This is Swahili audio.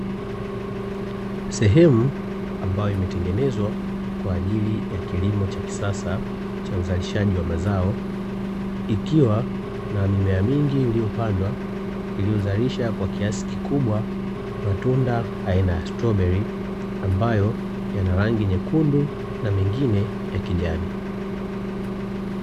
Sehemu ambayo imetengenezwa kwa ajili ya kilimo cha kisasa cha uzalishaji wa mazao, ikiwa na mimea mingi iliyopandwa, iliyozalisha kwa kiasi kikubwa matunda aina ya straoberi, ambayo yana rangi nyekundu na mengine ya kijani.